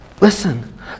Listen